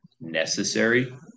necessary